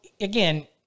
again